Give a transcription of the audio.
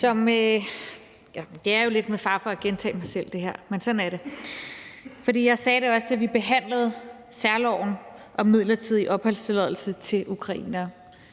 her er jo lidt med fare for at gentage mig selv – men sådan er det – for jeg sagde det samme, da vi behandlede særloven om midlertidig opholdstilladelse til ukrainere.